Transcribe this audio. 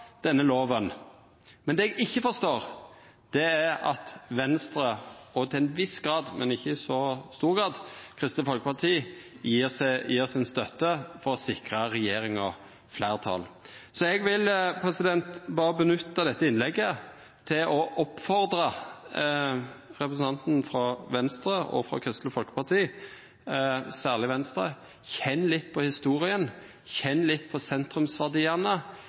denne loven. Men det eg ikkje forstår, er at Venstre – og til ein viss, men ikkje så stor grad Kristeleg Folkeparti – gjev si støtte for å sikra regjeringa fleirtal. Så eg vil berre nytta dette innlegget til å oppfordra representanten frå Venstre og frå Kristeleg Folkeparti, særleg Venstre: Kjenn litt på historia, kjenn litt på sentrumsverdiane.